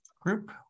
group